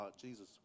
Jesus